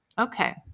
Okay